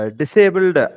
disabled